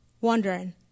wondering